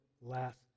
last